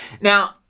Now